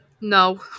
No